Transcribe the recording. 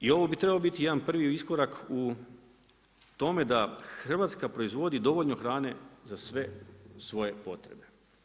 I ovo bi trebalo biti jedan prvi iskorak u tome da Hrvatska proizvodi dovoljno hrane za sve svoje potrebe.